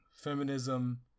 Feminism